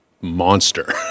monster